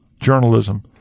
journalism